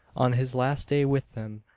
on his last day with them,